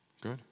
Good